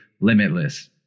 limitless